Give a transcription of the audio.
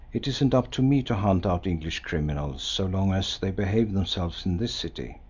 it isn't up to me to hunt out english criminals, so long as they behave themselves in this city.